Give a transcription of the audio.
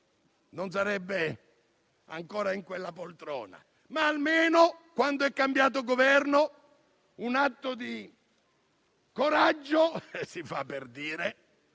non sarebbe ancora in quella poltrona - ma almeno, quando è cambiato Governo, un atto di coraggio - si fa per dire